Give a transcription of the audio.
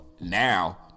now